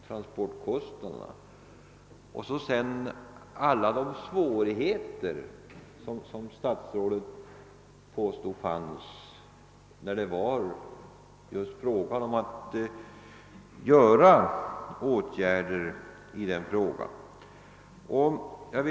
transportkostnaderna, dels nämna alla de svårigheter som enligt statsrådet fanns då det gällde att vidta åtgärder på detta område.